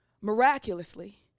miraculously